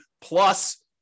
plus